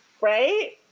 Right